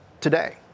today